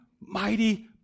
mighty